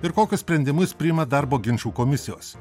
ir kokius sprendimus priima darbo ginčų komisijos